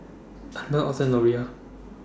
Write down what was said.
Anna Otha Loria